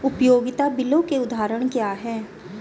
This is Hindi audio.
उपयोगिता बिलों के उदाहरण क्या हैं?